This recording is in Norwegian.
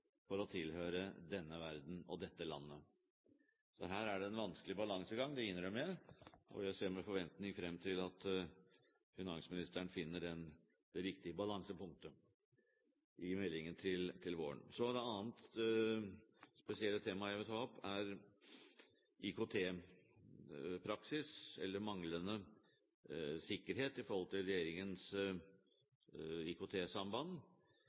for å tilhøre denne verden og dette landet. Så her er det en vanskelig balansegang, det innrømmer jeg, og jeg ser med forventning frem til at finansministeren finner det riktige balansepunktet i meldingen til våren. Et annet spesielt tema jeg vil ta opp, er IKT-praksis, eller manglende sikkerhet i forhold til regjeringens